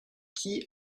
qui